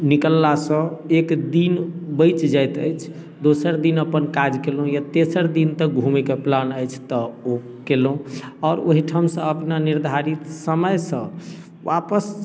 निकलला सऽ एक दिन बैच जाइत अछि दोसर दिन अपन काज केलहुॅं या तेसर दिन तक घुमै के प्लान अछि तऽ ओ केलहॅं आओर ओहिठामसऽ अपना निर्धारित समय सऽ वापस